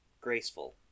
graceful